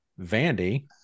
Vandy